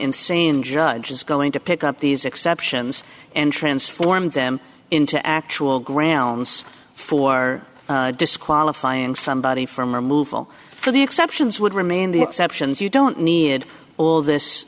insane judge is going to pick up these exceptions and transform them into actual grounds for disqualifying somebody from removal for the exceptions would remain the exceptions you don't need all this